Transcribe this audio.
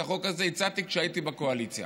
את החוק הזה הצעתי כשהייתי בקואליציה.